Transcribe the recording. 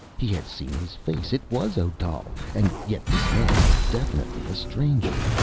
he had seen his face. it was odal and yet this man was definitely a stranger.